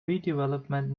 redevelopment